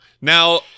Now